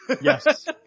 Yes